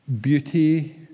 beauty